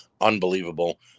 Unbelievable